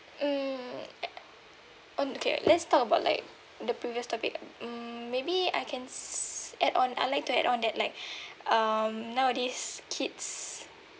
mm on okay let's talk about like the previous topic mm maybe I can add on I like to add on that like um nowadays kids